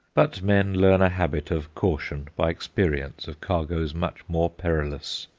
but men learn a habit of caution by experience of cargoes much more perilous.